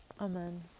Amen